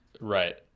Right